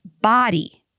body